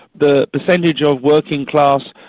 the percentage of working class,